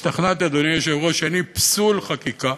השתכנעתי, אדוני היושב-ראש, שאני פסול חקיקה,